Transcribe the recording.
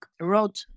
road